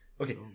Okay